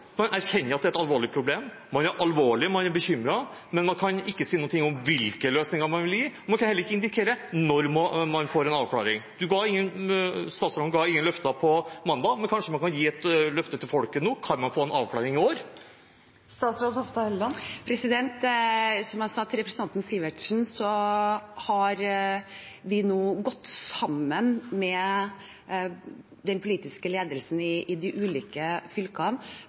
Man erkjenner at det er et alvorlig problem, man er alvorlig bekymret, men man kan ikke si noe om hvilke løsninger man vil gi, og man kan heller ikke indikere når man får en avklaring. Statsråden ga ingen løfter på mandag, men kanskje kan man gi et løfte til folket nå: Kan man få en avklaring i år? Som jeg sa til representanten Sivertsen, har vi nå gått sammen med den politiske ledelsen i de ulike fylkene